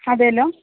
അതെയല്ലോ